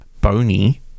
Bony